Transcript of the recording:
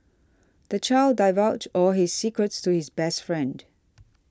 the child divulged all his secrets to his best friend